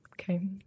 Okay